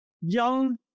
young